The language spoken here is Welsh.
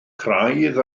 craidd